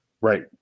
Right